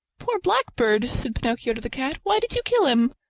poor blackbird! said pinocchio to the cat. why did you kill him?